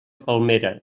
palmera